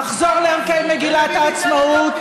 נחזור לערכי מגילת העצמאות,